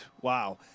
Wow